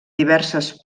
diverses